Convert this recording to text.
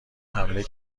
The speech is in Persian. حمله